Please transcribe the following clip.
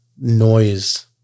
noise